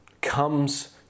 comes